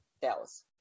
Dallas